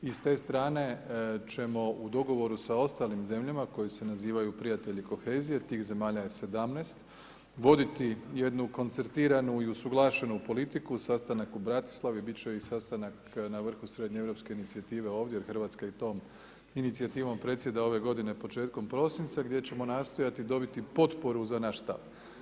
I s te strane ćemo u dogovoru sa ostalim zemljama, koje se nazivaju Prijatelji kohezije, tih zemalja je 17, voditi jednu koncertiranu i usuglašenu politiku, sastanak u Bratislavi bit će i sastanak na vrhu srednje europske inicijative ovdje, jer Hrvatska i tom Inicijativom predsjeda ove godine početkom prosinca, gdje ćemo nastojati dobiti potporu za naš stav.